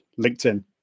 linkedin